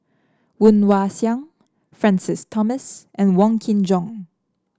Woon Wah Siang Francis Thomas and Wong Kin Jong